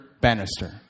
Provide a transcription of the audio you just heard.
Bannister